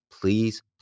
please